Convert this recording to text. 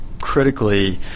critically